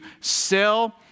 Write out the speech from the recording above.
sell